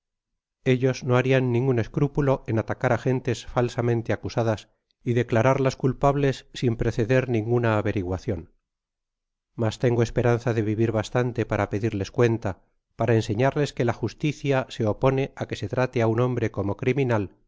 ellos no harian ningun escrúpulo en atacar á gentes falsa mente acusadas y declararlas culpables sin preceder ninguna averiguacion mas tengo esperanza de vivir bastante para pedirles cuenta para enseñarles que la justicia se opone á que se trate á un hombre como criminal